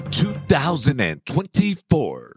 2024